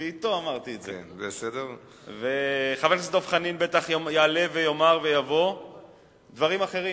חבר הכנסת דב חנין בטח יבוא ויעלה ויאמר דברים אחרים,